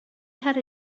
had